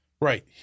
Right